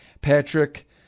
Patrick